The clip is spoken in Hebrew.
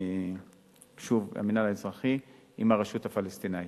שוב, המינהל האזרחי והרשות הפלסטינית.